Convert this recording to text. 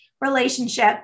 relationship